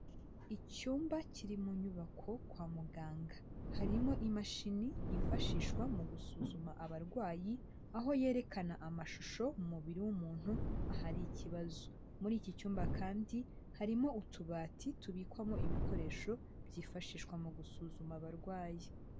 Icyumba kiri mu nyubako kwa muganga harimo imashini yifashishwa mu gusuzuma abarwayi, aho yerekana amashusho mu mubiri w'umuntu ahari ikibazo, muri iki cyumba kandi harimo utubati tubikwamo ibikoresho byifashishwa mu gusuzuma abarwayi.